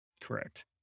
correct